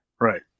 Right